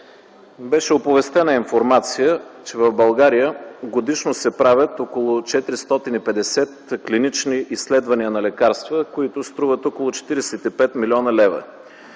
беше оповестена информация, че в България годишно се правят около 450 клинични изследвания на лекарства, които струват около 45 млн. лв.